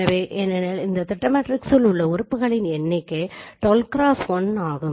எனவே ஏனெனில் திட்ட மேட்ரிக்ஸில் உள்ள உறுப்புகளின் எண்ணிக்கை 12 x1 ஆக இருக்கும்